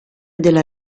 della